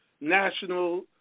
national